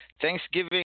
Thanksgiving